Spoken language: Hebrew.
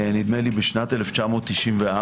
נדמה לי בשנת 1994,